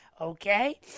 Okay